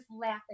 laughing